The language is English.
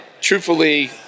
truthfully